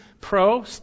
pro